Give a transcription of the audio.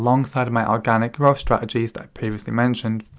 alongside my organic growth strategies that i previously mentioned.